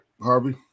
Harvey